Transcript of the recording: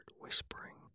whispering